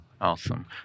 Awesome